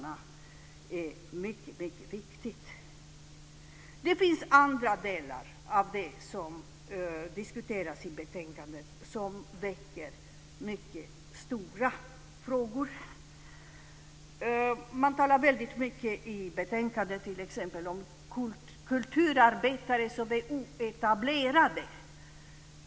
Det är mycket viktigt. Det finns andra delar av det som diskuteras i betänkandet som väcker mycket stora frågor. Man talar t.ex. väldigt mycket i betänkandet om kulturarbetare som oetablerade.